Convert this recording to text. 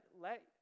Let